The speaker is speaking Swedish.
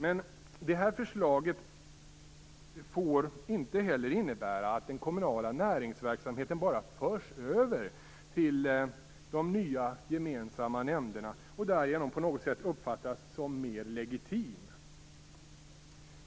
Men det här förslaget får inte heller innebära att den kommunala näringsverksamheten bara förs över till de nya gemensamma nämnderna och därigenom på något sätt uppfattas som mer legitim.